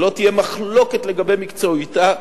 שלא תהיה מחלוקת לגבי מקצועיותה,